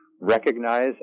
recognize